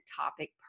topic